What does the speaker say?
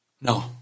No